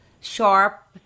sharp